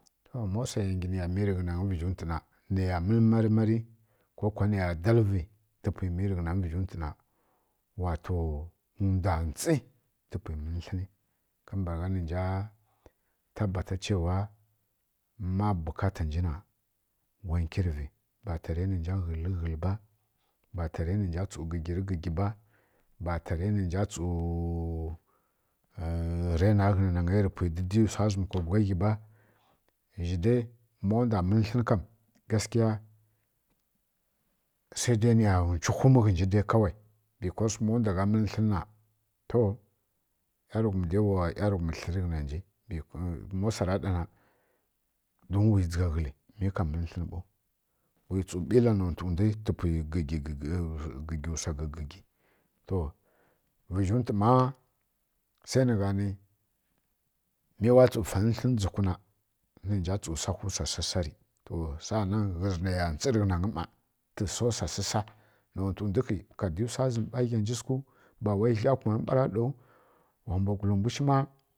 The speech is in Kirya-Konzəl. To ma wsai ya ngǝ niya mi rǝghǝnagy rǝ vǝzhǝntwǝ na niya mǝl marmari kokuwa nǝya bdalǝvi tǝ pwi mi rǝghǝnangyi rǝ vǝzhǝ nwtǝ na wato ndwa ntsi tǝpwi mǝl tlǝni kambǝragha nǝnja tabata chewa ma bukata nji na wa nkirǝvi ba tarai nǝ nja ghǝl lǝ ghǝl ba ba tarai nǝ nja gǝgyirǝ gǝgyi ba, ba tarai nǝ nja tsu raina ghǝna na ngai rǝ pwi tsu dǝdi wsa zǝm ka gǝgla ghi ba ma ndwa mǝl tlǝn kam gaskiya nsai dai niya nwchu whum ghǝnji dai kawai don ma ndwa gha mǝlǝ tlǝnǝ na to ˈyarughumǝ dai wa ˈyarughum tlǝri rǝ ghǝna nji ma wsa ra ɗana wui dzǝgha ghǝli mi ka mili tlǝnǝ ɓau wi tsu ɓila nontǝ ndwi rǝpwi tsu gǝghi wsa gǝgǝghi to vǝzhǝ́ntu ma sai nǝ gha nǝ mi wa tsu fanǝ tlǝnǝ dzuk na nǝghǝnja tsu sawhu wsa sasa ri saanan ghǝzǝ nai ya ntsi rǝghǝnan ˈma sa wsa sa sa nontǝ ndwu nkhi ka di wsa zǝm ɓa ka ghanji sǝghu ba wai gla kumanǝ ɓara ɗau wa mbwagulǝ mbwu shi ma